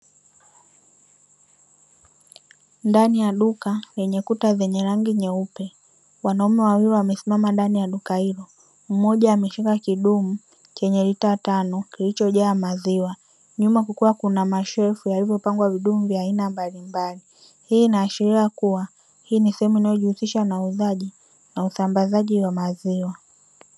Ndani ya duka yenye kuta zenye rangi nyeupe wanaume wawili wamesimama ndani ya duka hilo, mmoja ameshika kidumu chenye lita tano kilichojaa maziwa, nyuma kukiwa kuna mashelfu yaliyopangwa vidumu vya aina mbalimbali, hii inaashiria kuwa hii ni sehemu inayojihusisha na uuzaji na usambazaji wa maziwa.